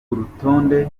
urutonde